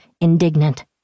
indignant